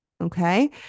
okay